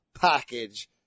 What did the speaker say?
package